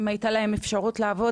אם הייתה להם אפשרות לעבוד,